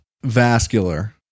Vascular